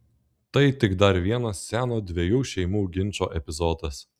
tai tik dar vienas seno dviejų šeimų ginčo epizodas